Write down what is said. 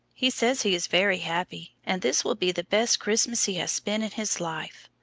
he says he is very happy, and this will be the best christmas he has spent in his life.